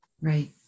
Right